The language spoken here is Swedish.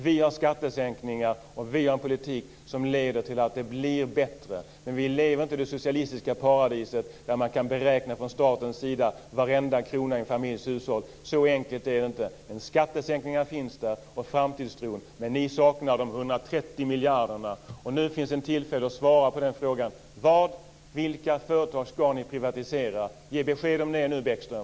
Vi har skattesänkningar, och vi har en politik som leder till att det blir bättre. Vi lever inte i det socialistiska paradiset där man från statens sida kan beräkna varenda krona i en familjs hushåll. Så enkelt är det inte. Skattesänkningar finns där, och framtidstron. Men ni saknar de 130 miljarderna. Nu finns ett tillfälle att svara på frågan. Vilka företag ska ni privatisera? Ge besked om det nu, Bäckström!